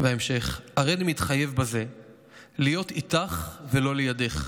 וההמשך: הריני מתחייב בזה להיות איתך ולא לידך.